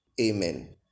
Amen